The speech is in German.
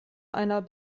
einer